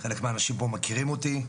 חלק מהאנשים פה מכירים אותי.